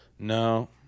No